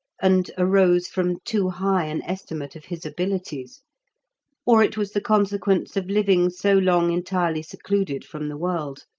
and arose from too high an estimate of his abilities or it was the consequence of living so long entirely secluded from the world.